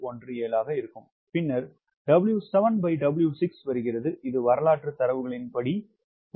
பின்னர் 𝑊7W6 வருகிறது இது வரலாற்று தரவுகளின்படி0